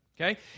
Okay